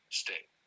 state